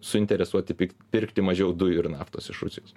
suinteresuoti pik pirkti mažiau dujų ir naftos iš rusijos